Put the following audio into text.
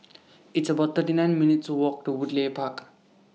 It's about thirty nine minutes' Walk to Woodleigh Park